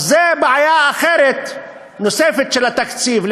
אז זאת בעיה אחרת, נוספת, של התקציב.